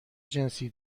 جنسی